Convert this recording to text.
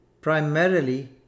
primarily